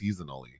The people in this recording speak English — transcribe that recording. seasonally